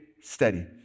steady